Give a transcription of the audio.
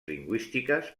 lingüístiques